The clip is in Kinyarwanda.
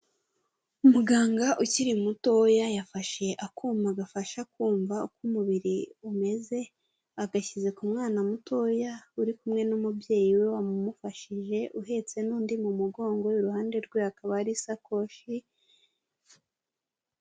Umuganga ukiri mutoya yafashe akuma gafasha kumva uko umubiri umeze, agashyize ku mwana mutoya uri kumwe n'umubyeyi we wamumufashije, uhetse n'undi mu mugongo, iruhande rwe hakaba har’isakoshi.